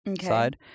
side